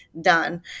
done